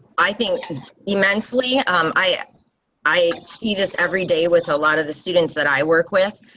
i think immensely um i ah i see this every day with a lot of the students that i work with.